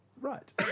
Right